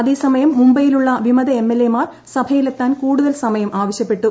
അതേസമയം മുംബൈയിലുള്ള വിമത എം എൽ എമാർ സഭയിലെത്താൻ കൂടുതൽ സമയം ആവശ്യപ്പെട്ടു